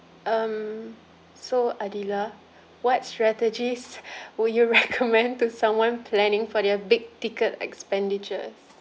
mm so adila what strategies would you recommend to someone planning for their big ticket expenditures